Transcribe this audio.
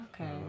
Okay